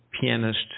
pianist